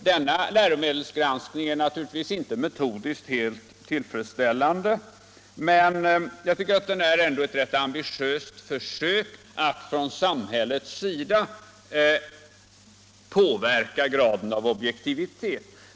Denna läromedelsgranskning är naturligtvis inte metodiskt helt tillfredsställande, men den är ändå ett rätt ambitiöst försök att från samhällets sida påverka graden av objektivitet.